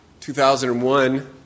2001